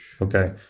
Okay